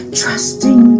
trusting